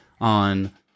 on